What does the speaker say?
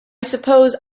suppose